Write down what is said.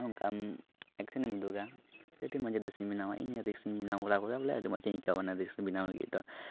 ᱚᱱᱠᱟ ᱮᱠᱥᱮᱱ ᱮᱢ ᱩᱫᱩᱜᱟ ᱟᱹᱰᱤ ᱢᱚᱡᱽ ᱨᱤᱞᱥ ᱮᱢ ᱵᱮᱱᱟᱣᱟ ᱤᱧ ᱦᱚᱸ ᱨᱤᱞᱥ ᱤᱧ ᱵᱮᱱᱟᱣ ᱵᱟᱲᱟ ᱟᱠᱟᱫᱟ ᱵᱚᱞᱮ ᱟᱹᱰᱤ ᱢᱚᱡᱽ ᱤᱧ ᱟᱹᱭᱠᱟᱹᱣᱟ ᱵᱚᱞᱮ ᱨᱤᱞᱥ ᱵᱮᱱᱟᱣ ᱞᱟᱹᱜᱤᱫ ᱫᱚ